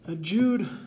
Jude